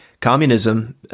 communism